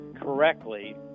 correctly